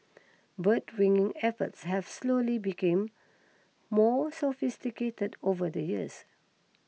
bird ringing efforts have slowly became more sophisticated over the years